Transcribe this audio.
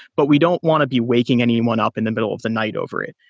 but we don't want to be waking anyone up in the middle of the night over it.